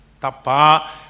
Tapa